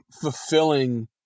fulfilling